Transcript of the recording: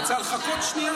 רוצה לחכות שנייה?